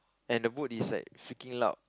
and the boat is like freaking loud